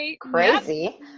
crazy